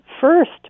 first